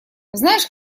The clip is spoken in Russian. знаешь